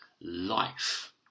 life